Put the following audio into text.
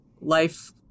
life